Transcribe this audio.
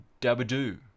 Dabadoo